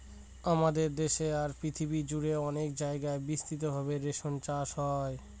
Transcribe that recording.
আমাদের দেশে আর পৃথিবী জুড়ে অনেক জায়গায় বিস্তৃত ভাবে রেশম চাষ হয়